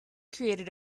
created